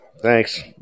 Thanks